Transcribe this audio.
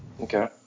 okay